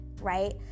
right